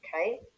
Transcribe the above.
Okay